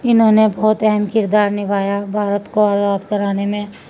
انہوں نے بہت اہم کردار نبایا بھارت کو آزاد کرانے میں